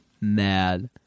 mad